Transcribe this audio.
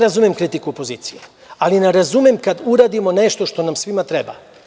Razumem kritiku opozicije, ali ne razumem kada uradimo nešto što nam svima treba.